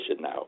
now